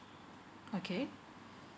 okay